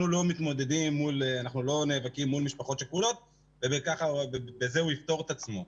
לא מתמודדים ולא נאבקים מול משפחות שכולות ובזה הוא יפטור את עצמו.